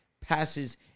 passes